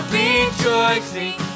rejoicing